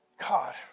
God